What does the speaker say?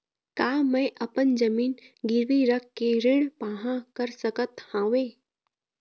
का मैं अपन जमीन गिरवी रख के ऋण पाहां कर सकत हावे?